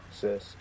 sis